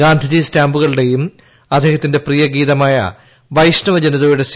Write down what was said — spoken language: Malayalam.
ഗാന്ധിജി സ്റ്റാമ്പുകളുടെയും അദ്ദേഹത്തിന്റെ പ്രിയഗീതമായ വൈഷ്ണവ ജനതോയുടെ സി